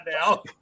now